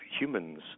humans